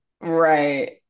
Right